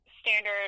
standard